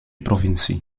provincie